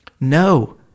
No